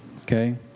okay